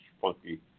funky